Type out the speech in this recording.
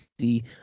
see